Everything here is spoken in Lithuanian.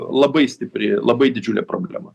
labai stipri labai didžiulė problema